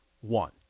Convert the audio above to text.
one